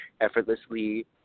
effortlessly